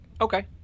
Okay